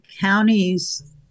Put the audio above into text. counties